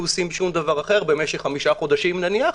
עושים שום דבר אחר במשך חמישה חודשים נניח,